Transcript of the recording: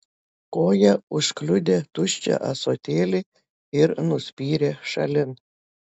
koja užkliudė tuščią ąsotėlį ir nuspyrė šalin